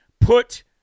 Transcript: put